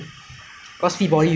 either you are born with it